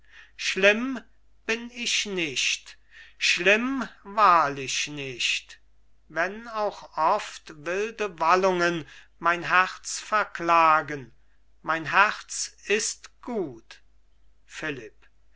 schlimm bin ich nicht schlimm wahrlich nicht wenn auch oft wilde wallungen mein herz verklagen mein herz ist gut philipp